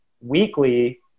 weekly